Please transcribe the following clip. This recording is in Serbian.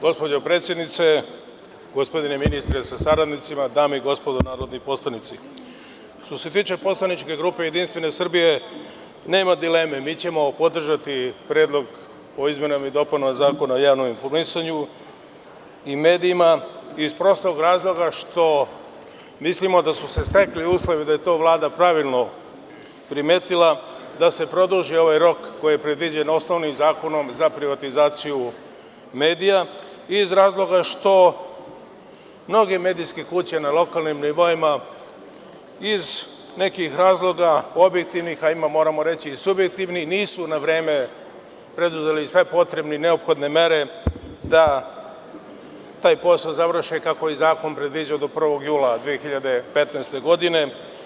Gospođo predsednice, gospodine ministre sa saradnicima, dame i gospodo narodni poslanici, što se tiče poslaničke grupe JS nema dileme, mi ćemo podržati Predlog o izmenama i dopunama Zakona o javnom informisanju i medijima iz prostog razloga što mislimo da su se stekli uslovi, da je to Vlada pravilno primetila, da se produži ovaj rok koji je predviđen osnovnim Zakonom za privatizaciju medija iz razloga što mnoge medijske kuće na lokalnim nivoima iz nekih razloga objektivnih, moramo reći i subjektivnih, nisu na vreme preduzeli sve potrebne i neophodne mere da taj posao završe kako je i zakon predviđao do 1. jula 2015. godine.